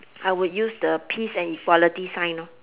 I would use the peace and equality sign loh